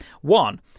One